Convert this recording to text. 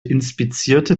inspizierte